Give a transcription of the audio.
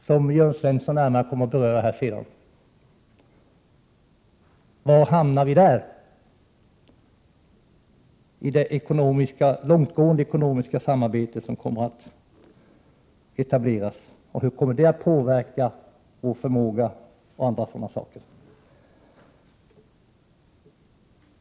Jörn Svensson kommer senare att beröra detta närmare. Var hamnar vi i det långtgående ekonomiska samarbete som kommer att etableras, och hur kommer det att påverka vår förmåga?